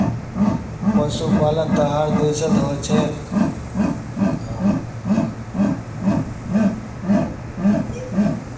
पशुपालन त हर देशत ह छेक